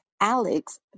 Alex